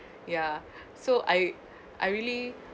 ya so I I really